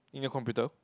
in your computer